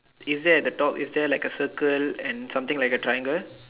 is there at the top is there like a circle and something like a triangle